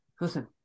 listen